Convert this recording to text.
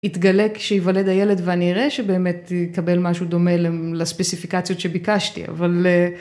יתגלה שיוולד הילד ואני אראה שבאמת יקבל משהו דומה לספסיפיקציות שאני ביקשתי אבל